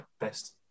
best